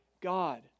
god